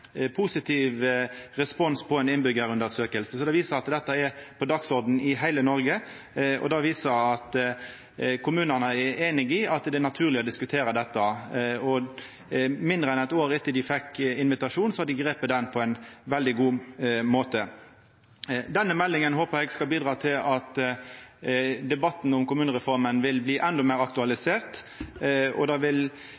positiv respons på ei innbyggjarundersøking. Det viser at dette er på dagsordenen i heile Noreg, og det viser at kommunane er einige i at det er naturleg å diskutera dette, og mindre enn eit år etter at dei fekk invitasjonen, har dei gripe han på ein veldig god måte. Denne meldinga håpar eg skal bidra til at debatten om kommunereforma vil bli endå meir